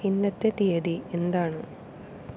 ഇന്നത്തെ തീയതി എന്താണ്